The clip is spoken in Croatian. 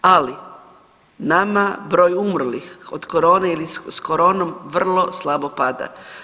Ali nama broj umrlih od corone ili sa coronom vrlo slabo pada.